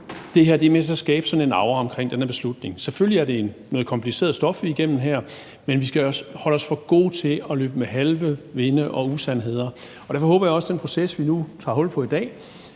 det her er med til at skabe sådan en aura omkring den her beslutning. Selvfølgelig er det noget kompliceret stof, vi er igennem her, men vi skal også holde os for gode til at løbe med halve vinde og usandheder. Og derfor håber jeg også i forhold til den proces, vi nu tager hul på i dag,